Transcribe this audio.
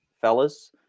fellas